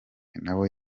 nawe